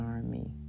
Army